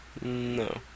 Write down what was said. No